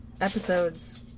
episodes